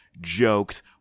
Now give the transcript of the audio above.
jokes